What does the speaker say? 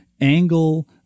angle